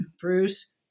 Bruce